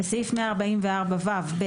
בסעיף 144ו(ב),